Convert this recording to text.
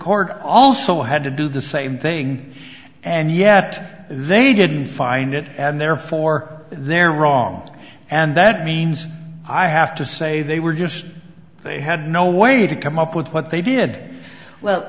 court also had to do the same thing and yet they didn't find it and therefore they're wrong and that means i have to say they were just they had no way to come up with what they did well